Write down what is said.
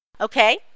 Okay